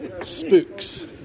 spooks